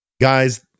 guys